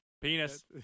Penis